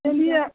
चलिए